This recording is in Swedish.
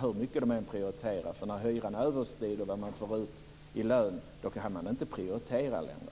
hur mycket de än prioriterar, för när hyran överstiger det som de får ut i lön kan de inte prioritera längre.